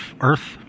Earth